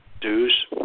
dues